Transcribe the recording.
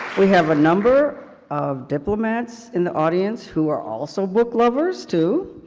we have a number of diplomats in the audience, who are also book lovers too.